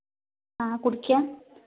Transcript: ആ കുടിക്കാൻ